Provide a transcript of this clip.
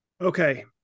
okay